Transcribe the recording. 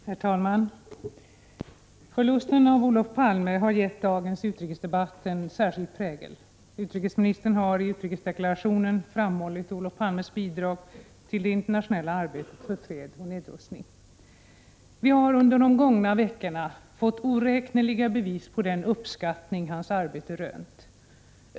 Herr talman! Förlusten av Olof Palme har gett dagens utrikesdebatt en särskild prägel. Utrikesministern har i utrikesdeklarationen framhållit Olof Palmes bidrag till det internationella arbetet för fred och nedrustning. Vi har under de gångna veckorna fått oräkneliga bevis på den uppskattning hans arbete rönt.